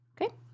Okay